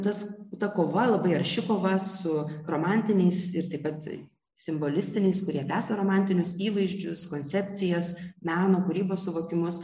tas ta kova labai arši kova su romantiniais ir taip pat simbolistiniais kurie esą romantinius įvaizdžius koncepcijas meno kūrybos suvokimus